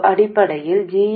సాధారణంగా జి